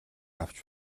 авч